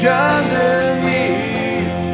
underneath